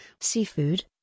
seafood